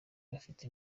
bafite